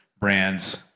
brands